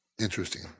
interesting